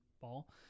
ball